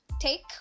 take